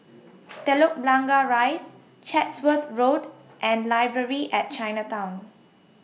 Telok Blangah Rise Chatsworth Road and Library At Chinatown